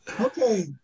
Okay